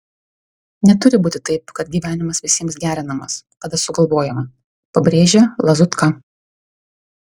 neturi būti taip kad gyvenimas visiems gerinamas kada sugalvojama pabrėžia lazutka